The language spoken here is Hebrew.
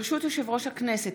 ברשות יושב-ראש הכנסת,